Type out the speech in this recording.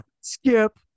Skip